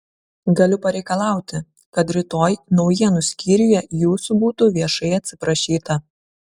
galiu pareikalauti kad rytoj naujienų skyriuje jūsų būtų viešai atsiprašyta